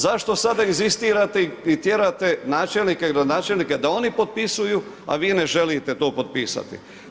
Zašto sada inzistirate i tjerate načelnike i gradonačelnike, da oni potpisuju, a vi ne želite to potpisati?